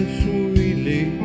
sweetly